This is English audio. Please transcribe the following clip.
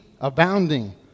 abounding